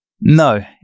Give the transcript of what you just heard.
No